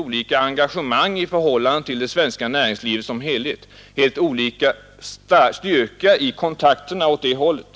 olika engagemang i förhållande till det svenska näringslivet som helhet, helt olika styrka i kontakterna åt det hållet.